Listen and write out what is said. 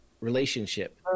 relationship